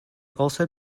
also